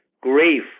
Grief